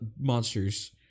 monsters